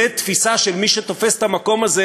זו תפיסה של מי שתופס את המקום הזה